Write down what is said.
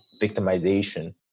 victimization